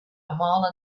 mile